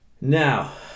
Now